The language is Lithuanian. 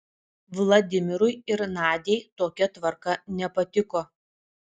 vladimirui ir nadiai tokia tvarka nepatiko